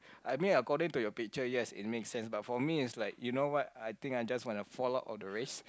I mean according to your picture yes it makes sense but for me it's like you know what I think I just wanna fall out of the race